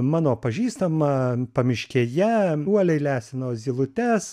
mano pažįstama pamiškėje uoliai lesino zylutes